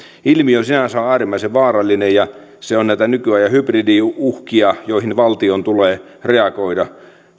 ilmiö sinänsä on äärimmäisen vaarallinen ja se on näitä nykyajan hybridiuhkia joihin valtion tulee reagoida